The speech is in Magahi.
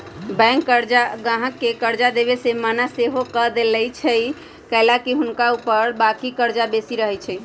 बैंक गाहक के कर्जा देबऐ से मना सएहो कऽ देएय छइ कएलाकि हुनका ऊपर बाकी कर्जा बेशी रहै छइ